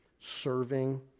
serving